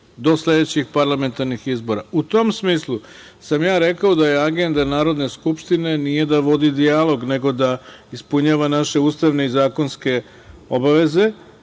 do sledećih parlamentarnih izbora.U tom smislu sam ja rekao da je agenda Narodne skupštine, nije da vodi dijalog, nego da ispunjava naše ustavne i zakonske obaveze